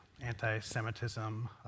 anti-Semitism